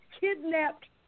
kidnapped